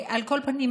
על כל פנים,